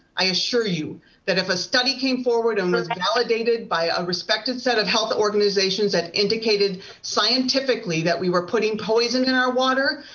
i assure you that if a study came forward and was validated by a respected set of health organizations that indicated scientifically that we were putting poison in our water,